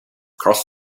crossed